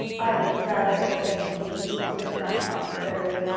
i would rather it had been you! said john fox bitterly.